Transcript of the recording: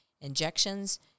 injections